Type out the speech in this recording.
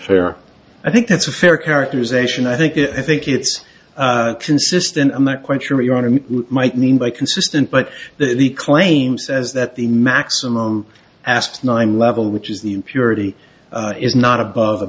fair i think that's a fair characterization i think i think it's consistent i'm not quite sure what your enemy might mean by consistent but the claim says that the maximum asked nine level which is the impurity is not above a